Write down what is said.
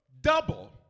double